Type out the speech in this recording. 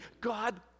God